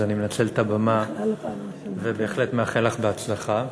אז אני מנצל את הבמה ובהחלט מאחל לך בהצלחה.